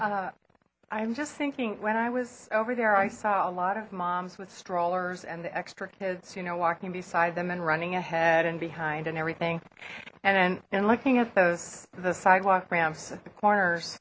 horn i'm just thinking when i was over there i saw a lot of moms with strollers and the extra kids you know walking beside them and running ahead and behind and everything and then in looking at those the sidewalk ramps at the corners